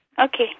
Okay